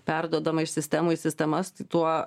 perduodama iš sistemų į sistemas tuo